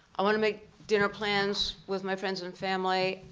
i wanna make dinner plans with my friends and family,